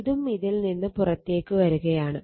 ഇതും ഇതിൽ നിന്ന് പുറത്തേക്ക് വരുകയാണ്